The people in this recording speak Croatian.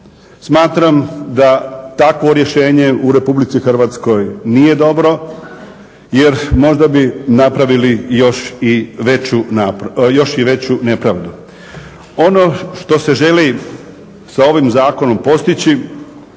Smatram da takvo rješenje u Republici Hrvatskoj nije dobro, jer možda bi napravili još i veću nepravdu. Ono što se želi sa ovim zakonom postići,